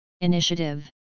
initiative